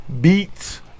beats